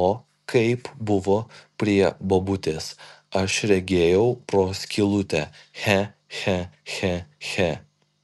o kaip buvo prie bobutės aš regėjau pro skylutę che che che che